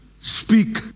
Speak